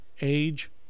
age